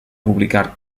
publicar